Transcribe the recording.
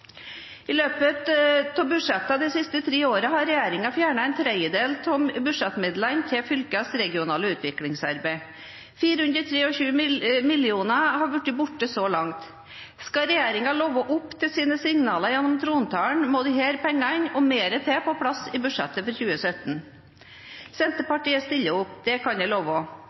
I løpet av budsjettene de siste tre årene har regjeringen fjernet en tredjedel av budsjettmidlene til fylkenes regionale utviklingsarbeid. 423 mill. kr har blitt borte så langt. Skal regjeringen leve opp til sine signaler gjennom trontalen, må disse pengene og mer til på plass i budsjettet for 2017. Senterpartiet stiller opp, det kan jeg love.